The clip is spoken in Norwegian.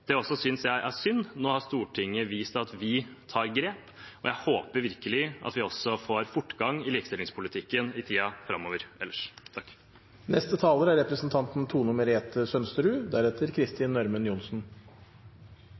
Også det synes jeg er synd. Nå har Stortinget vist at vi tar grep, og jeg håper virkelig at vi også ellers får fortgang i likestillingspolitikken i tiden framover.